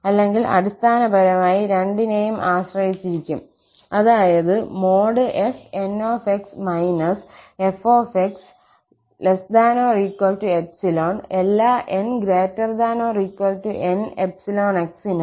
അല്ലെങ്കിൽ അടിസ്ഥാനപരമായി രണ്ടിനേയും ആശ്രയിച്ചിരിക്കും അതായത് fnx fx എല്ലാ 𝑛≥𝑁𝜖 𝑥 നും